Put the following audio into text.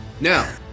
now